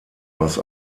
aus